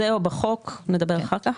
זה או בחוק, נדבר אחר כך?